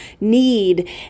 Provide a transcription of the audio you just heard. need